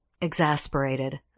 Exasperated